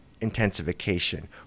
intensification